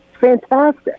fantastic